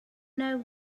know